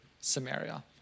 Samaria